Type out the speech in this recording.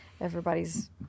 Everybody's